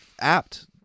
apt